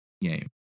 game